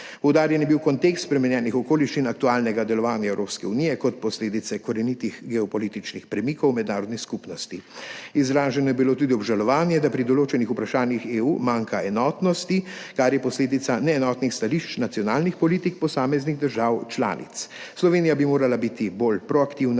Poudarjen je bil kontekst spremenjenih okoliščin aktualnega delovanja Evropske unije kot posledice korenitih geopolitičnih premikov v mednarodni skupnosti. Izraženo je bilo tudi obžalovanje, da pri določenih vprašanjih EU manjka enotnost, kar je posledica neenotnih stališč nacionalnih politik posameznih držav članic. Slovenija bi morala biti bolj proaktivna